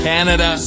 Canada